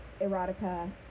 erotica